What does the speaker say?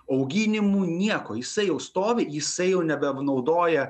auginimų nieko jisai jau stovi jisai jau nebebnaudoja